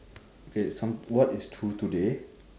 okay some what is true today